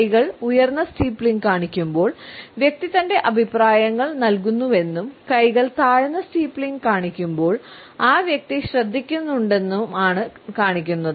കൈകൾ ഉയർന്ന സ്റ്റീപ്ലിംഗ് കാണിക്കുമ്പോൾ വ്യക്തി തന്റെ അഭിപ്രായങ്ങൾ നൽകുന്നുവെന്നും കൈകൾ താഴ്ന്ന സ്റ്റീപ്ലിംഗ് കാണിക്കുമ്പോൾ ആ വ്യക്തി ശ്രദ്ധിക്കുന്നുണ്ടെന്നാണു കാണിക്കുന്നത്